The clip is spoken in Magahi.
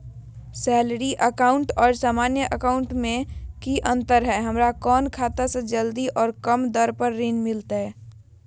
सैलरी अकाउंट और सामान्य अकाउंट मे की अंतर है हमरा कौन खाता से जल्दी और कम दर पर ऋण मिलतय?